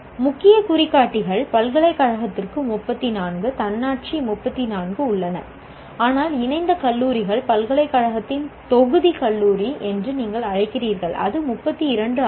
முக்கிய குறிகாட்டிகள் பல்கலைக்கழகத்திற்கு 34 தன்னாட்சி 34 உள்ளன ஆனால் இணைந்த கல்லூரிகள் பல்கலைக்கழகத்தின் தொகுதி கல்லூரி என்று நீங்கள் அழைக்கிறீர்கள் அது 32 ஆகும்